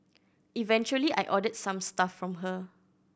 eventually I ordered some stuff from her